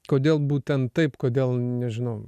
kodėl būtent taip kodėl nežinau